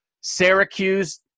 Syracuse